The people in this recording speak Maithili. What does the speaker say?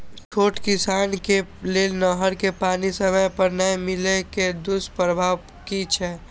छोट किसान के लेल नहर के पानी समय पर नै मिले के दुष्प्रभाव कि छै?